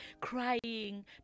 crying